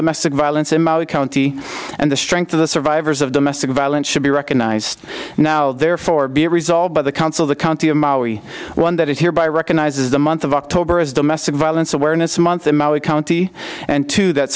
domestic violence in the county and the strength of the survivors of domestic violence should be recognized now therefore be resolved by the council the county of one that is here by recognizes the month of october is domestic violence awareness month in maui county and to that